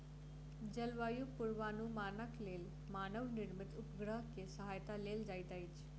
जलवायु पूर्वानुमानक लेल मानव निर्मित उपग्रह के सहायता लेल जाइत अछि